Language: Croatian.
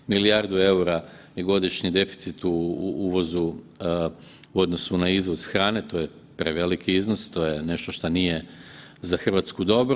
Milijardu EUR-a je godišnje deficit u uvozu u odnosu na izvoz hrane, to je preveliki iznos, to je nešto šta nije za Hrvatsku dobro.